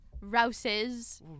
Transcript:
Rouses